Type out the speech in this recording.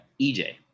EJ